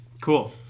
Cool